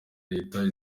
leta